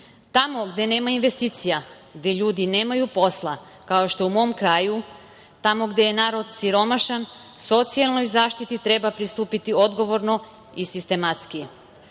Tamo gde nema investicija, gde ljudi nemaju posla, kao što je u mom kraju, tamo gde je narod siromašan, socijalnoj zaštiti treba pristupiti odgovorno i sistematski.